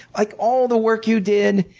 like all the work you did,